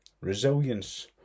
Resilience